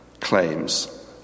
claims